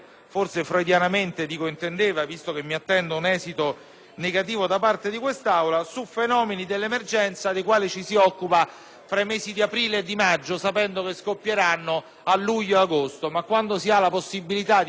negativo da parte di quest'Aula - sui fenomeni di emergenza dei quali ci si occupa fra i mesi di aprile e maggio, sapendo che scoppieranno a luglio ed agosto (ma, quando si ha la possibilità di occuparsene per tempo, ci si rifiuta di intervenire).